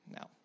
No